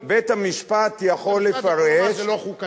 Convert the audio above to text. בית-המשפט יכול לפרש, זה לא חוקתי.